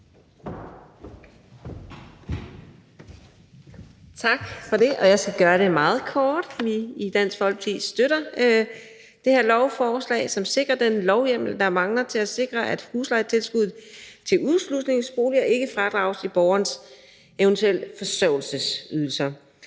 Tak for det. Jeg skal gøre det meget kort. Vi i Dansk Folkeparti støtter det her lovforslag, som sikrer den lovhjemmel, der mangler til at sikre, at huslejetilskuddet til udslusningsboliger ikke fradrages borgerens eventuelle forsørgelsesydelser.